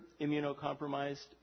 immunocompromised